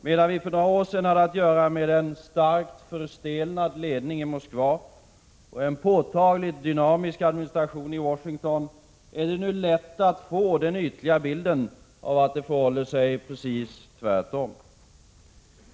Medan vi för några år sedan hade att göra med en starkt förstelnad ledning i Moskva och en påtagligt dynamisk administration i Washington, är det nu lätt att få den ytliga bilden av att det förhåller sig precis tvärtom.